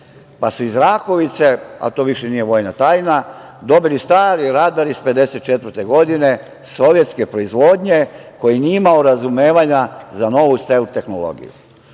pa su iz Rakovice, a to više nije vojna tajna, dobili stari radar iz 1954. godine, sovjetske proizvodnje, koji nije imao razumevanja za novu STEL tehnologiju. Tako